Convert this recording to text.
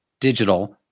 digital